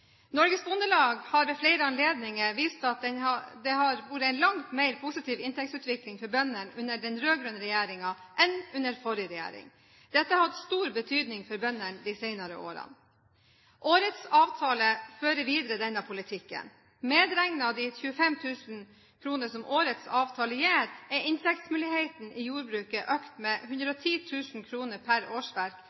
Norges Bondelag har ved flere anledninger vist til at det har vært en langt mer positiv inntektsutvikling for bøndene under den rød-grønne regjeringen enn under forrige regjering. Dette har hatt stor betydning for bøndene de senere årene. Årets avtale fører videre denne politikken. Medregnet de 25 000 kr som årets avtale gir, er inntektsmulighetene i jordbruket økt med 110 000 kr per årsverk,